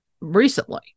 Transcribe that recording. recently